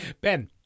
Ben